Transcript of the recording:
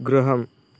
गृहम्